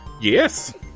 Yes